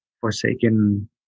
Forsaken